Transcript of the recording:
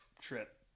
trip